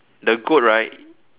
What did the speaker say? the goat right